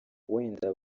wenda